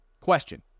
Question